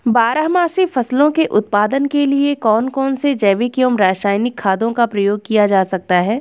बारहमासी फसलों के उत्पादन के लिए कौन कौन से जैविक एवं रासायनिक खादों का प्रयोग किया जाता है?